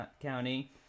County